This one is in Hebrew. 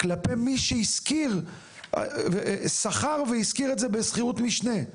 כלפי מי ששכר והשכיר את זה בשכירות משנה,